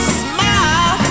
smile